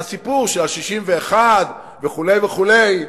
והסיפור של ה-61 וכו' וכו',